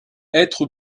être